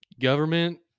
Government